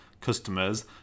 customers